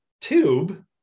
tube